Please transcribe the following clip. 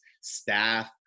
staff